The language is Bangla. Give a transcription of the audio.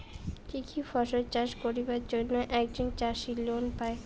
কি কি ফসল চাষ করিবার জন্যে একজন চাষী লোন পায়?